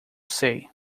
sei